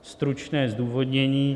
Stručné zdůvodnění.